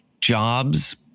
jobs